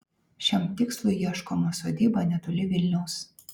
šiam tikslui ieškoma sodyba netoli vilniaus